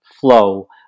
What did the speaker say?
flow